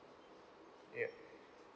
yup